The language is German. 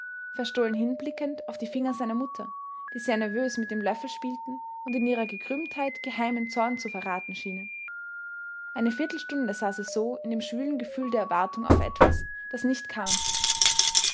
verstohlen hinblickend auf die finger seiner mutter die sehr nervös mit dem löffel spielten und in ihrer gekrümmtheit geheimen zorn zu verraten schienen eine viertelstunde saß er so in dem schwülen gefühl der erwartung auf etwas das nicht kam